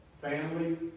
family